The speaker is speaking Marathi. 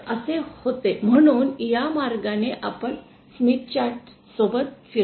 तर तसे होते म्हणून या मार्गाने आपण स्मिथ चार्ट सोबत फिरतो